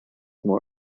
more